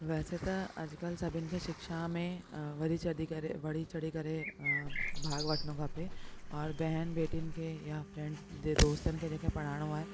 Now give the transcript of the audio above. वैसे त अॼुकल्ह सभिनि खे शिक्षा में अ वरी चढ़ी बढ़ी चढ़ी करे भाॻु वठिणो खपे और बहन बेटिन खे या दोस्तनि खे जंहिंखें बि पढ़ाइणो आहे